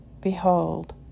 Behold